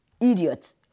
idiot